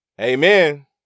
amen